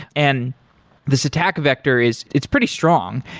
and this attack vector is it's pretty strong,